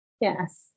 Yes